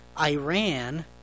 Iran